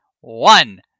one